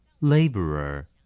Laborer